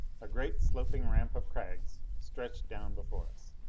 a great sloping ramp of crags stretched down before us.